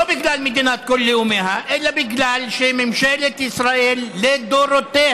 לא בגלל מדינת כל לאומיה אלא בגלל שממשלת ישראל לדורותיה,